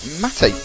Matty